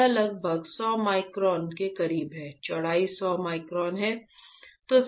तो यह लगभग 100 माइक्रोन के करीब है चौड़ाई 100 माइक्रोन है